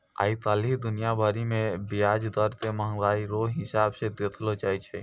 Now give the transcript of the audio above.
आइ काल्हि दुनिया भरि मे ब्याज दर के मंहगाइ रो हिसाब से देखलो जाय छै